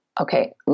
Okay